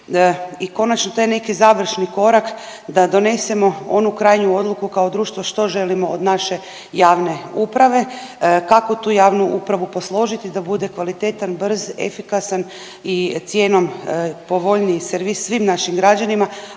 i konačno taj neki završni korak da donesemo onu krajnju odluku kao društvo što želimo od naše javne uprave, kako tu javnu upravu posložiti da bude kvalitetan, brz, efikasan i cijenom povoljniji servis svim našim građanima,